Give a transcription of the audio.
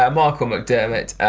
um ah michael mcdermott.